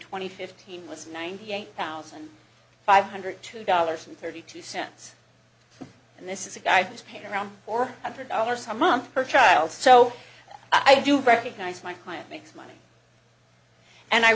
and fifteen was ninety eight thousand five hundred two dollars and thirty two cents and this is a guy who is paid around four hundred dollars a month per child so i do recognize my client makes money and i